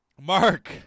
Mark